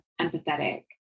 empathetic